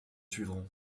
suivront